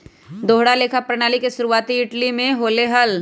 दोहरा लेखा प्रणाली के शुरुआती इटली में होले हल